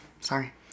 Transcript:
Sorry